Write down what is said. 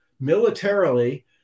militarily